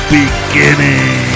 beginning